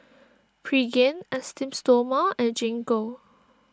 Pregain Esteem Stoma and Gingko